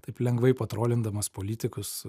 taip lengvai patrolindamas politikus